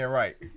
right